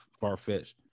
far-fetched